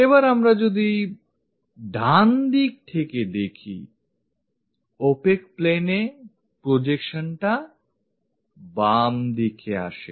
এবার আমরা যদি ডান দিক থেকে দেখি opaque plane এ প্রজেকশনটা বামদিকে আসে